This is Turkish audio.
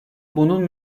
bunun